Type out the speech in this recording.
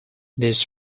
this